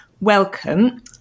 welcome